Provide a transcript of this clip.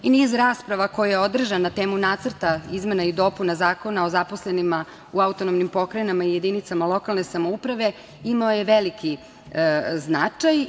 Niz rasprava koja je održana na temu nacrta izmena i dopuna Zakona o zaposlenima u autonomnim pokrajinama i jedinicama lokalne samouprave imao je veliki značaj.